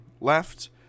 left